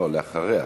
ואחריה,